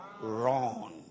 run